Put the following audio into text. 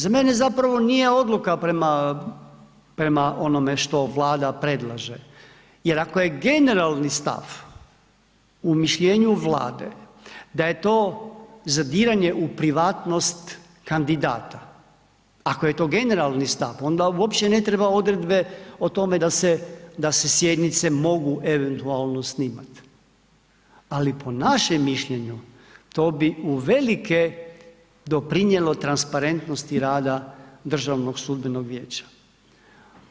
Za mene zapravo nije odluka prema onome što Vlada predlaže jer ako je generalni u mišljenju Vlade da je to zadiranje u privatnost kandidata, ako je to generalni stav onda uopće ne treba odredbe o tome da se sjednice mogu eventualno snimat ali po našem mišljenju to bi uvelike doprinijelo transparentnosti rada DSV-a.